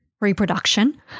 reproduction